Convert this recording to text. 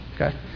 Okay